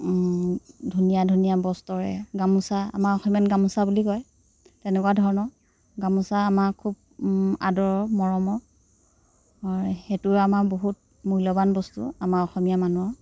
ধুনীয়া ধুনীয়া বস্ত্ৰৰে গামোচা আমাৰ অসমীয়াত গামোচা বুলি কয় তেনেকুৱা ধৰণৰ গামোচা আমাৰ খুব আদৰৰ মৰমৰ সেইটো আমাৰ বহুত মূল্যবান বস্তু আমাৰ অসমীয়া মানুহৰ